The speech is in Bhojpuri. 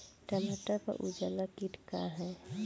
टमाटर पर उजला किट का है?